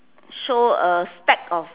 show a stack of